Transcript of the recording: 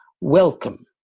Welcome